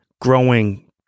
growing